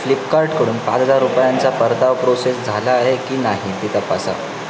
फ्लिपकार्टकडून पाच हजार रुपयांचा परतावा प्रोसेस झाला आहे की नाही ते तपासा